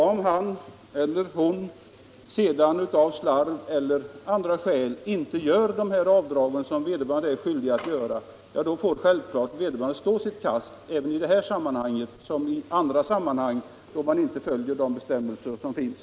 Om han eller hon sedan på grund av slarv eller andra skäl inte gör de avdrag som man är skyldig att göra får vederbörande självfallet stå sitt kast i detta liksom i andra sammanhang då man inte följer de bestämmelser som finns.